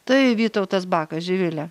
tai vytautas bakas živile